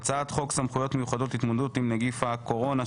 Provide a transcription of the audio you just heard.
הצעת חוק סמכויות מיוחדות להתמודדות עם נגיף הקורונה,